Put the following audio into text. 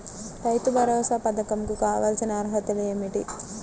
రైతు భరోసా పధకం కు కావాల్సిన అర్హతలు ఏమిటి?